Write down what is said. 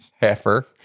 heifer